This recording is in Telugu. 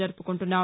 జరుపుకుంటున్నాం